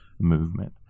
movement